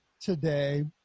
today